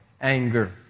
anger